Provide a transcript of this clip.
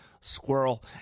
Squirrel